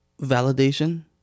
validation